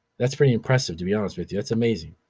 that's pretty impressive to be honest with you, that's amazing.